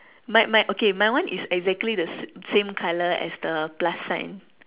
my my okay my one is exactly the same colour as the plus sign